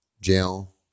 Jail